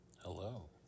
Hello